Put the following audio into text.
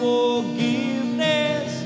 Forgiveness